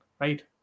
right